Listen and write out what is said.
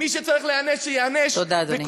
מי שצריך להיענש, שייענש, תודה, אדוני.